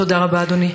תודה רבה, אדוני.